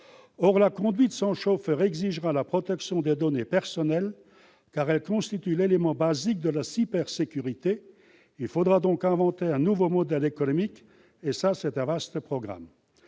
Or la conduite sans chauffeur exigera la protection des données personnelles, car celle-ci constitue l'élément basique de la cybersécurité. Il faudra donc inventer un nouveau modèle économique : vaste programme